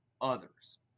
others